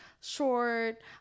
short